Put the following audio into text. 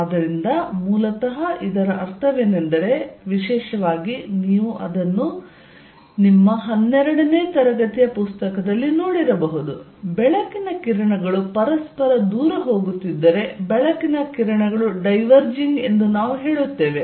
ಆದ್ದರಿಂದ ಮೂಲತಃ ಇದರ ಅರ್ಥವೇನೆಂದರೆ ವಿಶೇಷವಾಗಿ ನೀವು ಅದನ್ನು ನಿಮ್ಮ 12 ನೇ ತರಗತಿಯ ಪುಸ್ತಕದಲ್ಲಿ ನೋಡಿರಬಹುದು ಬೆಳಕಿನ ಕಿರಣಗಳು ಪರಸ್ಪರ ದೂರ ಹೋಗುತ್ತಿದ್ದರೆ ಬೆಳಕಿನ ಕಿರಣಗಳು ಡೈವರ್ಜಿಂಗ್ ಎಂದು ನಾವು ಹೇಳುತ್ತೇವೆ